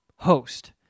host